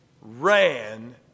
ran